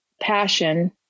passion